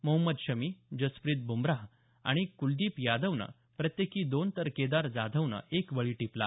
मोहम्मद शमी जसप्रीत ब्मराह आणि कुलदीप यादवनं प्रत्येकी दोन तर केदार जाधवनं एक बळी टिपला